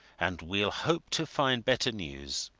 and we'll hope to find better news.